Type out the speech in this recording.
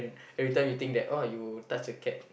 every time you think that oh you touch a cat